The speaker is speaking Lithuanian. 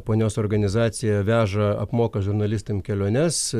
ponios organizacija veža apmoka žurnalistam keliones